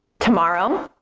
tomorrow,